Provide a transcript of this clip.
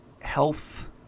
health